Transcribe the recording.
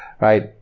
right